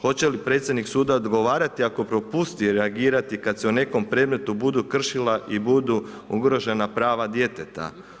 Hoće li predsjednik suda odgovarati ako propusti reagirati kada se o nekom predmetu budu kršila i budu ugrožena prava djeteta.